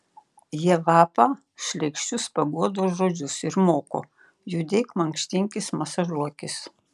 jie vapa šleikščius paguodos žodžius ir moko judėk mankštinkis masažuokis